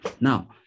Now